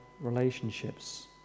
relationships